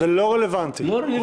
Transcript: הרי זה חלק, אולי תרומה אסורה.